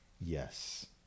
Yes